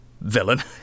villain